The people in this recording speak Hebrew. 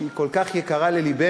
שהיא כל כך יקרה ללבנו.